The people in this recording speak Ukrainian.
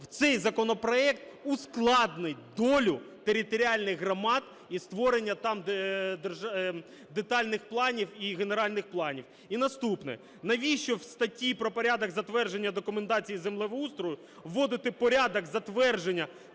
що цей законопроект ускладнить долю територіальних громад і створення там детальних планів і генеральних планів. І наступне. Навіщо в статті про порядок затвердження документації землеустрою вводити порядок затвердження